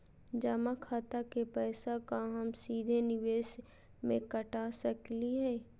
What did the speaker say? जमा खाता के पैसा का हम सीधे निवेस में कटा सकली हई?